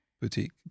boutique